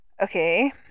Okay